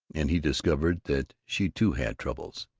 and he discovered that she too had troubles